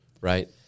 Right